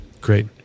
great